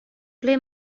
ble